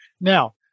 Now